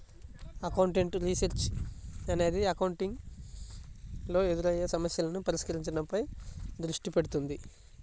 accounting research అనేది accounting లో ఎదురయ్యే సమస్యలను పరిష్కరించడంపై దృష్టి పెడుతుంది